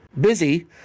busy